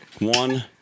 One